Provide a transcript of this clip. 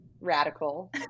radical